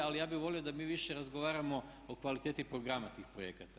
Ali ja bih volio da mi više razgovaramo o kvaliteti programa tih projekata.